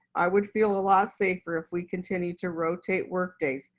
i would feel a lot safer if we continue to rotate workdays,